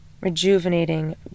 rejuvenating